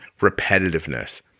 repetitiveness